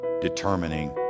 determining